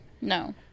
no